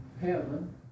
heaven